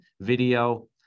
video